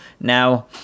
Now